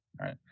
right